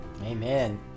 amen